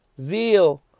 Zeal